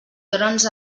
trons